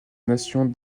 nation